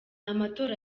amatora